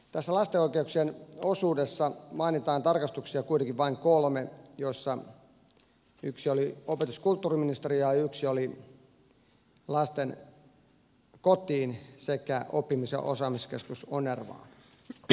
tässä lasten oikeuksien osuudessa mainitaan tarkastuksia kuitenkin vain kolme joista yksi oli opetus ja kulttuuriministeriöön ja yksi oli lastenkotiin sekä oppimis ja ohjauskeskus onervaan